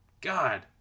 God